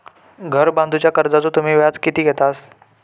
घर बांधूच्या कर्जाचो तुम्ही व्याज किती घेतास?